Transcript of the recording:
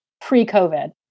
pre-COVID